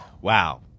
Wow